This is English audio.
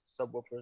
subwoofers